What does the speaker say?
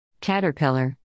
Caterpillar